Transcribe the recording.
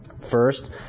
First